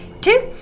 Two